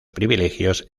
privilegios